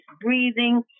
breathing